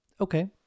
Okay